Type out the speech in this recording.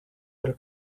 del